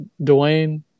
Dwayne